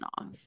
off